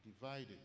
Divided